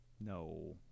No